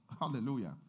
Hallelujah